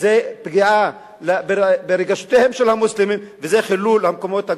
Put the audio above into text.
זו פגיעה ברגשותיהם של המוסלמים וזה חילול המקומות הקדושים.